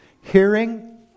Hearing